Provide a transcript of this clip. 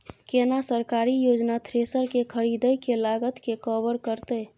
केना सरकारी योजना थ्रेसर के खरीदय के लागत के कवर करतय?